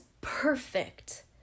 perfect